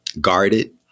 guarded